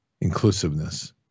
inclusiveness